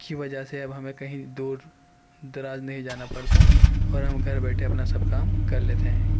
کی وجہ سے اب ہمیں کہیں دور دراز نہیں جانا پڑتا اور ہم گھر بیٹھے اپنا سب کام کر لیتے ہیں